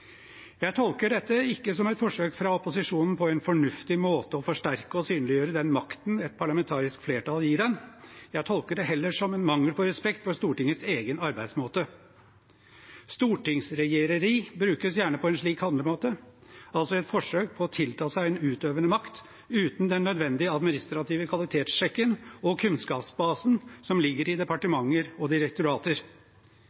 Jeg tolker dette ikke som et forsøk fra opposisjonen på en fornuftig måte å forsterke og synliggjøre den makten et parlamentarisk flertall gir den, jeg tolker det heller som en mangel på respekt for Stortingets egen arbeidsmåte. «Stortingsregjereri» brukes gjerne om en slik handlemåte, altså et forsøk på å tilta seg en utøvende makt uten den nødvendige administrative kvalitetssjekken og kunnskapsbasen som ligger i